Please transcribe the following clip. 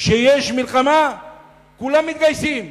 כשיש מלחמה כולם מתגייסים.